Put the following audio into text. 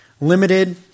limited